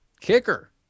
kicker